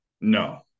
No